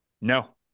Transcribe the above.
no